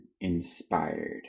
inspired